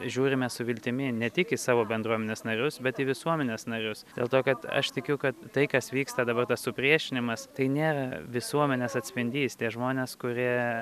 žiūrime su viltimi ne tik į savo bendruomenės narius bet į visuomenės narius dėl to kad aš tikiu kad tai kas vyksta dabar tas supriešinimas tai nėra visuomenės atspindys tie žmonės kurie